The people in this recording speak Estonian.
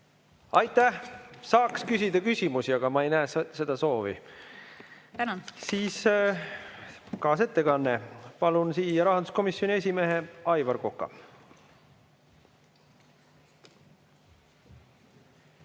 Aitäh! Saaks küsida küsimusi, aga ma ei näe seda soovi. Siis kaasettekanne. Palun siia rahanduskomisjoni esimehe Aivar Koka.